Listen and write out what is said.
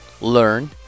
learn